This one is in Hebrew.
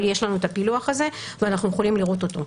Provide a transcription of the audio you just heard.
אבל יש לנו הפילוח הזה ואנחנו יכולים לראות אותו.